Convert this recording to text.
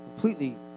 completely